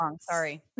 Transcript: sorry